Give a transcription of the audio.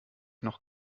noch